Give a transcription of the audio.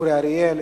אורי אריאל,